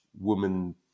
woman